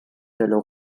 alors